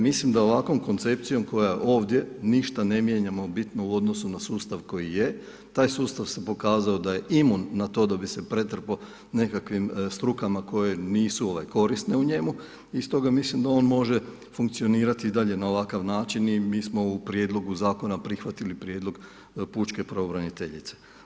Mislim da ovakvom koncepcijom koja je ovdje ništa ne mijenjamo bitno u odnosu na sustav koji je, taj sustav se pokazao da je imun na to da bi se pretrpao nekakvih strukama koje nisu korisne u njemu i stoga mislim da on može funkcionirati i dalje na ovakav način, i mi smo u prijedlogu zakona prihvatili prijedlog Pučke pravobraniteljice.